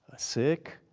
sick,